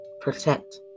Protect